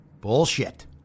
bullshit